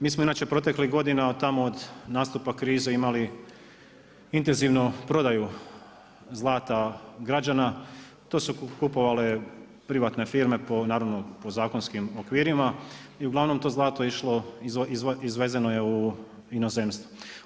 Mi smo inače proteklih godina tamo od nastupa krize imali intenzivnu prodaju zlata građana, to su kupovale privatne firme naravno po zakonskim okvirima i uglavnom to zlato je išlo, izvezeno je u inozemstvo.